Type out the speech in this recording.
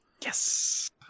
Yes